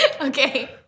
Okay